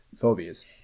phobias